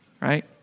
right